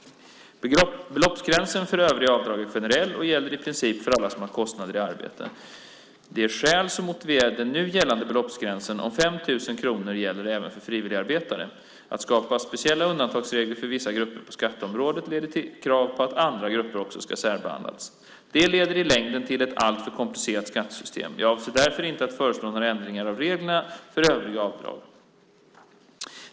Beloppsgränsen för övriga avdrag är generell och gäller i princip för alla som har kostnader i sitt arbete. De skäl som motiverade den nu gällande beloppsgränsen om 5 000 kronor gäller även för frivilligarbetare. Att skapa speciella undantagsregler för vissa grupper på skatteområdet leder till krav på att andra grupper också ska särbehandlas. Det leder i längden till ett alltför komplicerat skattesystem. Jag avser därför inte att föreslå några ändringar av reglerna för övriga avdrag.